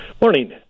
Morning